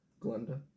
Glenda